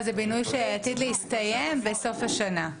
זה בינוי שעתיד להסתיים בסוף השנה.